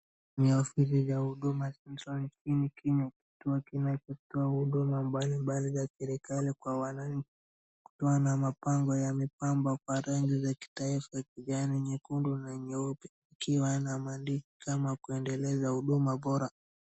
Ni ofisi za huduma inchini kenya kituo kinacho toa huduma mbalimbali za serikali kwa wananchi kutoa na mapango yame pampwa kwa rangi za kitaifa kijani nyekundu na nyeupe ikiwa na maandishi kama kuendeleza huduma bora